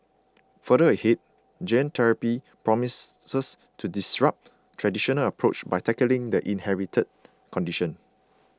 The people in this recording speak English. further ahead gene therapy promises to disrupt traditional approach to tackling the inherited condition